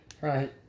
Right